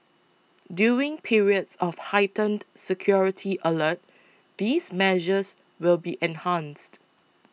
during periods of heightened security alert these measures will be enhanced